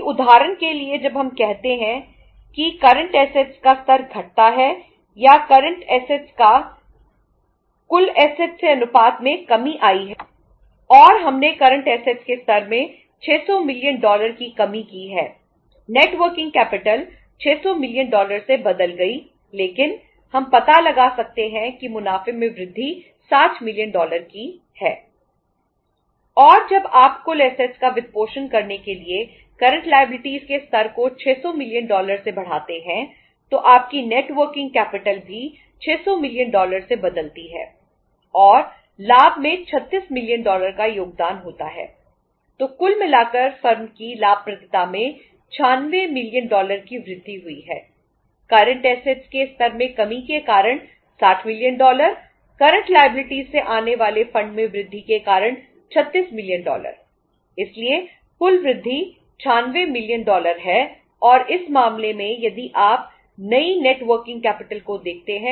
अब आप इसे देखते हैं कि उदाहरण के लिए जब हम कहते हैं कि करंट ऐसेट है